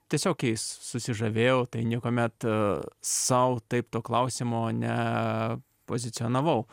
tiesiog jais susižavėjau tai niekuomet a sau taip to klausimo ne pozicionavau